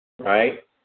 Right